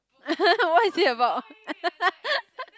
what is it about